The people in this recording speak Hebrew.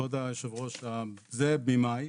כבוד יושב הראש, זה במאי,